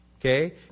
Okay